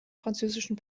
französischen